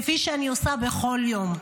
כפי שאני עושה בכל יום: